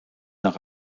nach